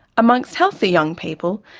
amongst healthy young people,